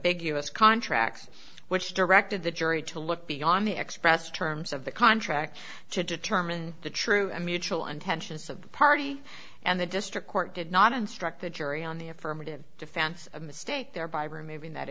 big us contract which directed the jury to look beyond the expressed terms of the contract to determine the true and mutual intentions of the party and the district court did not instruct the jury on the affirmative defense a mistake thereby removing that